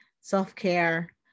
self-care